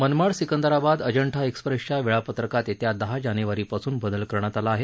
मनमाड सिकंदराबाद अजंठा एक्स्प्रेसच्या वेळापत्रकात येत्या दहा जानेवारीपासून बदल करण्यात आला आहे